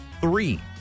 three